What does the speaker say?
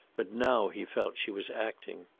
but now he felt she was acting.